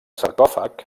sarcòfag